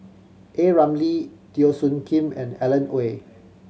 A Ramli Teo Soon Kim and Alan Oei